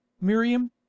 Miriam